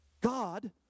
God